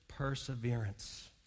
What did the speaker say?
perseverance